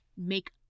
make